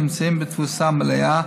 נמצאים בתפוסה מלאה,